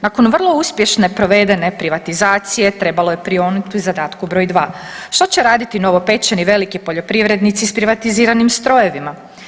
Nakon vrlo uspješne provedene privatizacije trebalo je prionuti zadatku br. 2, što će raditi novopečeni veliki poljoprivrednici s privatiziranim strojevima.